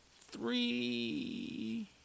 three